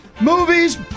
Movies